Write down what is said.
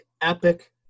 epic